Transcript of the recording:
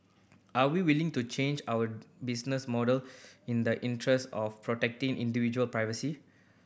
are we willing to change our business model in the interest of protecting individual privacy